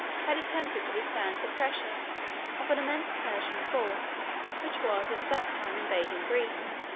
had attempted to withstand the pressure of an immense persian force which was at that time invading greece.